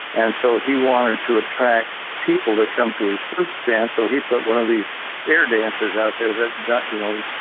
and so he wanted to attract people to come to his fruit stand, so he put one of these air dancers out there that that you know,